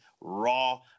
raw